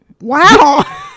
Wow